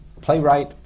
playwright